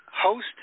host